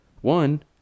one